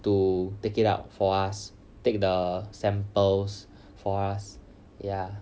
to take it up for us take the samples for us ya